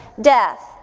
death